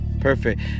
Perfect